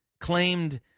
claimed